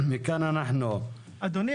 מכאן אנחנו --- אדוני,